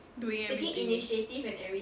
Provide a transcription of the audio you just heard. doing everything